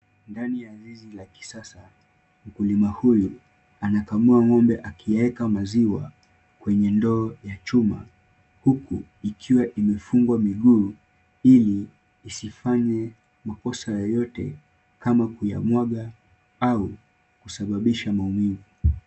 Ndani ya zizi la kisasa, mkulima huyu anakamua ng'ombe akiweka maziwa kwenye ndoo ya chuma huku ikiwa imefungwa miguu ili isifanye makosa yoyote kama kuyamwaga au kusababisha maumivu.